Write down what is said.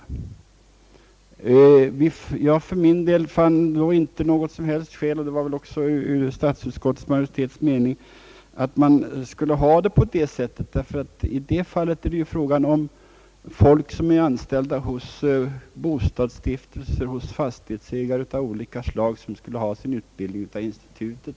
Jag för min del fann då inte något som helst skäl — och det var också utskottsmajoritetens mening — att dessa kurser skulle vara avgiftsfria. I det fallet rörde det sig nämligen om sådana som är anställda hos bostadsstiftelser och hos fastighetsägare av olika slag och som skulle få sin utbildning vid institutet.